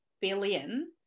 billion